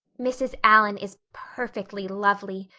mrs. allan is perfectly lovely,